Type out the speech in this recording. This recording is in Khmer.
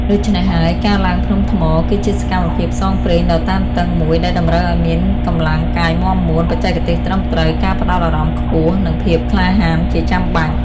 ដូច្នេះហើយ ការឡើងភ្នំថ្ម គឺជាសកម្មភាពផ្សងព្រេងដ៏តានតឹងមួយដែលតម្រូវឱ្យមានកម្លាំងកាយមាំមួន បច្ចេកទេសត្រឹមត្រូវ ការផ្តោតអារម្មណ៍ខ្ពស់ និងភាពក្លាហានជាចាំបាច់។